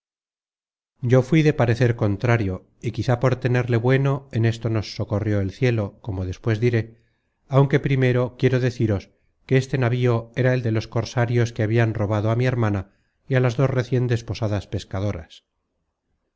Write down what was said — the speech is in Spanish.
yo fuí de parecer contrario y quizá por tenerle bueno en esto nos socorrió el cielo como despues diré aunque primero quiero deciros que este navío era el de los cosarios que habian robado á mi hermana y á las dos recien desposadas pescadoras